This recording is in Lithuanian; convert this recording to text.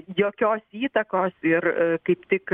jokios įtakos ir e kaip tik